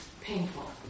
painful